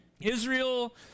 Israel